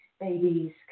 babies